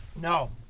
No